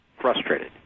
frustrated